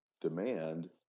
demand